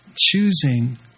choosing